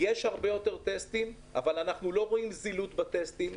יש הרבה מאוד טסטים אבל אנחנו לא רואים זילות של הבחינות.